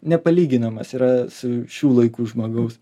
nepalyginamas yra su šių laikų žmogaus